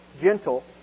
gentle